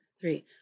three